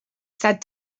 said